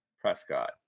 Prescott